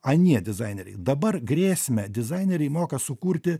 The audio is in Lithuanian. anie dizaineriai dabar grėsmę dizaineriai moka sukurti